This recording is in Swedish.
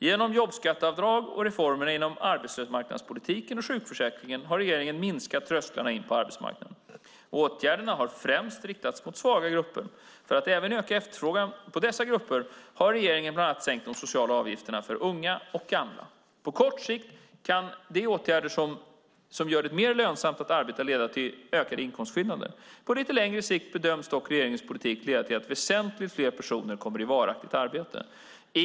Genom jobbskatteavdragen och reformerna inom arbetsmarknadspolitiken och sjukförsäkringen har regeringen minskat trösklarna in på arbetsmarknaden. Åtgärderna har främst riktats mot svaga grupper. För att även öka efterfrågan på dessa grupper har regeringen bland annat sänkt de sociala avgifterna för unga och gamla. På kort sikt kan de åtgärder som gör det mer lönsamt att arbeta leda till ökade inkomstskillnader. På lite längre sikt bedöms dock regeringens politik leda till att väsentligt fler personer kommer i varaktigt arbete.